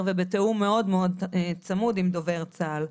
ובתיאום מאוד מאוד צמוד עם דובר צה"ל.